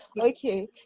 Okay